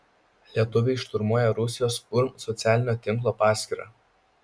lietuviai šturmuoja rusijos urm socialinio tinklo paskyrą